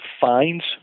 fines